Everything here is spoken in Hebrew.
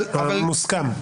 אבל --- אבל מוסכם.